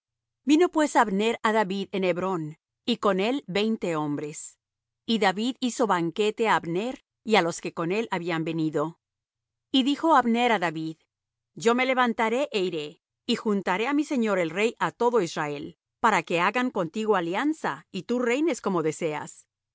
vino pues abner á david en hebrón y con él veinte hombres y david hizo banquete á abner y á los que con él habían venido y dijo abner á david yo me levantaré é iré y juntaré á mi señor el rey á todo israel para que hagan contigo alianza y tú reines como deseas